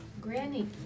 Granny